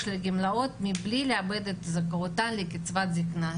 לגמלאות מבלי לאבד את זכאותה לקצבת זקנה,